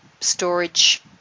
storage